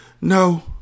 No